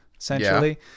Essentially